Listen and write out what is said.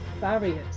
barriers